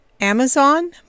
Amazon